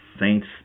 Saints